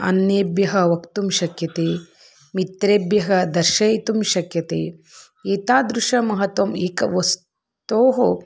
अन्येभ्यः वक्तुं शक्यते मित्रेभ्यः दर्शयितुं शक्यते एतादृशं महत्वम् एकवस्तोः